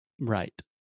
Right